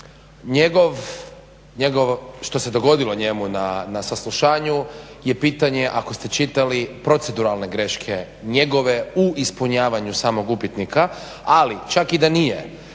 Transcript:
njegov, što se dogodilo njemu na saslušanju je pitanje ako ste čitali proceduralne greške njegove u ispunjavanju samog upitnika, ali čak i da nije